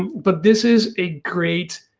but this is a great